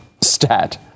stat